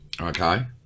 Okay